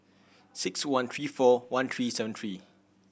six one three four one three seven three